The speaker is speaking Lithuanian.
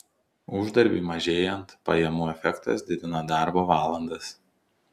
uždarbiui mažėjant pajamų efektas didina darbo valandas